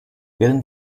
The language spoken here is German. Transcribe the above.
während